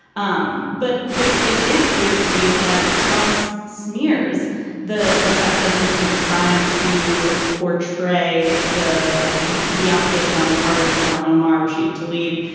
um but but it is clear to me that trump's smears the the fact that he's been trying to portray the the opposition on the part of ilana omara she ought to leave.